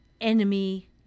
enemy